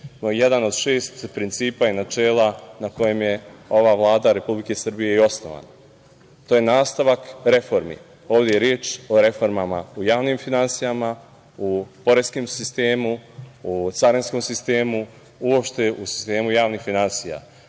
jedan od šest principa i načela na kojima je ova Vlada Republike Srbije i osnovana. To je nastavak reformi. Ovde je reč o reformama u javnim finansijama, u poreskom sistemu, u carinskom sistemu, uopšte u sistemu javnih finansija